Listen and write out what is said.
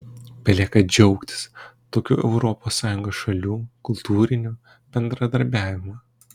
belieka džiaugtis tokiu europos sąjungos šalių kultūriniu bendradarbiavimu